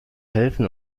helfen